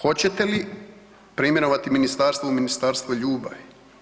Hoćete li preimenovati ministarstvo u ministarstvo ljubavi?